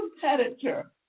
competitor